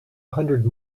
hundred